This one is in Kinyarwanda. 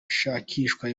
hashakishwa